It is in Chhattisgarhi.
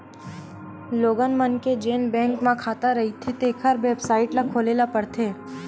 लोगन मन के जेन बैंक म खाता रहिथें तेखर बेबसाइट ल खोले ल परथे